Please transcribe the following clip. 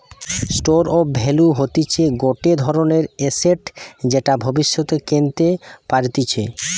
store of value হতিছে গটে ধরণের এসেট যেটা ভব্যিষতে কেনতে পারতিছে